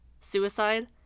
suicide